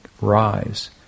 rise